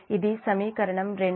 ఇది సమీకరణం 22